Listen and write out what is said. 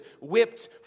whipped